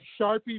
Sharpie